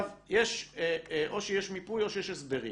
או שיש מיפוי או שיש הסברים.